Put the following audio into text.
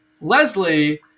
Leslie